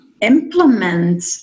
implement